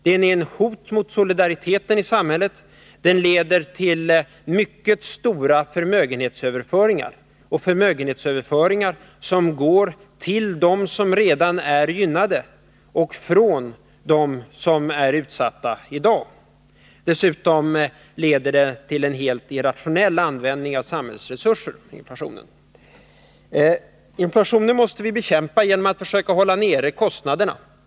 Den är ett hot mot solidariteten i samhället, den leder till mycket stora förmögenhetsöverföringar — överföringar som går till dem som redan är gynnade och från dem som är utsatta i dag. Dessutom leder inflationen till en helt irrationell användning av samhällsresurser. Inflationen måste vi bekämpa genom att försöka hålla nere kostnaderna.